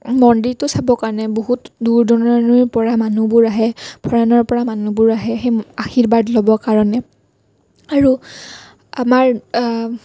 মন্দিৰটো চাবৰ কাৰণে বহুত দূৰ দূৰণিৰ পৰা মানুহবোৰ আহে ফৰেইনৰ পৰা মানুহবোৰ আহে আশীৰ্বাদ ল'বৰ কাৰণে আৰু আমাৰ